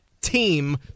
team